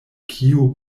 kiu